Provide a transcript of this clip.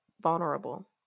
vulnerable